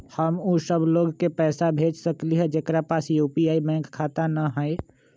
हम उ सब लोग के पैसा भेज सकली ह जेकरा पास यू.पी.आई बैंक खाता न हई?